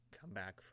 comeback